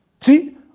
See